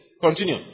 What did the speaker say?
Continue